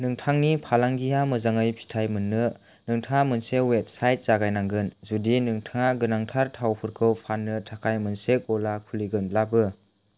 नोंथांनि फालांगिआ मोजाङै फिथाइ मोननो नोंथाङा मोनसे अयेबसाइट जागायनांगोन जुदि नोंथाङा गोनांथार थावफोरखौ फाननो थाखाय मोनसे गला खुलिगोनब्लाबो